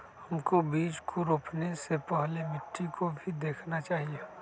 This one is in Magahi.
हमको बीज को रोपने से पहले मिट्टी को भी देखना चाहिए?